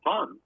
fun